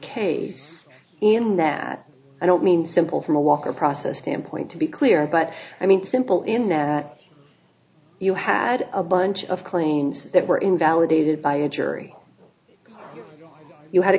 case in that i don't mean simple from a walk or process standpoint to be clear but i mean simple in that you had a bunch of claims that were invalidated by a jury you had a